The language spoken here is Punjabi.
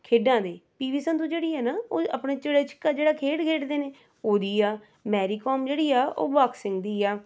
ਖੇਡਾਂ ਦੇ ਪੀ ਬੀ ਸੰਧੂ ਜਿਹੜੀ ਹੈ ਨਾ ਉਹ ਆਪਣੇ ਚਿੜੀ ਛਿੱਕਾ ਜਿਹੜਾ ਖੇਡ ਖੇਡਦੇ ਨੇ ਉਹਦੀ ਆ ਮੈਰੀ ਕੌਮ ਜਿਹੜੀ ਆ ਉਹ ਬੌਕਸਿੰਗ ਦੀ ਆ